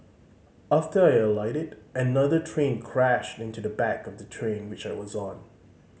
after I alighted another train crashed into the back of the train which I was on